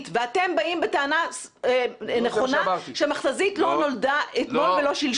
ואתם באים בטענה נכונה שהמכת"זית לא נולדה אתמול ולא שלשום.